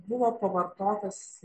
buvo pavartotas